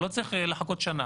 לא צריך לחכות שנה.